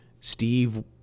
Steve